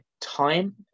time